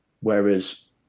Whereas